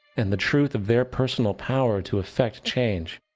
and the truth of their personal power to effect change.